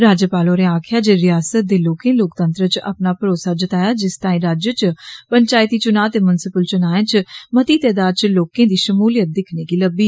राज्यपाल होरे आक्खेआ जे रियासत दे लोकें लोकतंत्र च अपना भरोसा जताया जिस ताई राज्य च पंचायती चुना ते म्यूनिसिपल चुनाएं च मती तादाद च लोकें दी षमूलियत दिखने गी लब्मी